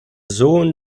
sohn